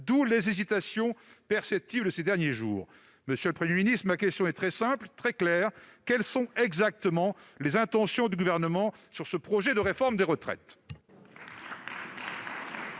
d'où les hésitations perceptibles ces derniers jours. Monsieur le Premier ministre, ma question est très simple, très claire : quelles sont exactement les intentions du Gouvernement sur ce projet de réforme des retraites ?